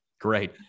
Great